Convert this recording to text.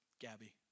Gabby